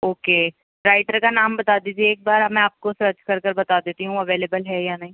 okay writer کا نام بتا دیجئے ایک بار اب میں آپ کو سرچ کر کر بتا دیتی ہوں اویلیبل ہے یا نہیں